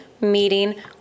meeting